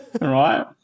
Right